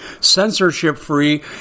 censorship-free